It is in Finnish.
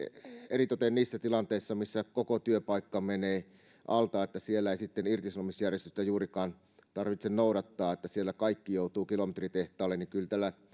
eritoten niissä tilanteissa missä koko työpaikka menee alta eli siellä ei sitten irtisanomisjärjestystä juurikaan tarvitse noudattaa ja siellä kaikki joutuvat kilometritehtaalle joten kyllä tällä